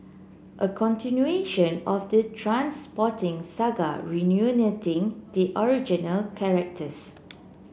a continuation of the Trainspotting saga reuniting the original characters